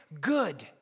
good